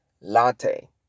Latte